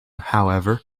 however